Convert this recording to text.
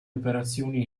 operazioni